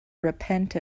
repent